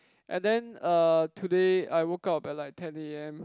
and then uh today I woke up at like ten a_m